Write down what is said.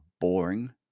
boring